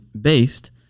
based